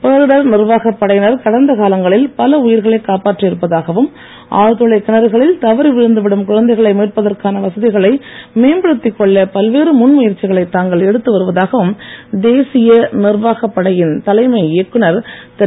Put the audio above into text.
பேரிடர் நிர்வாகப் படையினர் கடந்த காலங்களில் பல உயிர்களை காப்பாற்றி இருப்பதாகவும் ஆழ்துளைக் கிணறுகளில் தவறிவிழுந்து விடும் குழந்தைகளை மீட்பதற்கான வசதிகளை பல்வேறு முன்முயற்சிகளை தாங்கள் எடுத்து வருவதாகவும் தேசிய நிர்வாகப் படையின் தலைமை இயக்குனர் திரு